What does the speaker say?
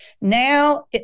Now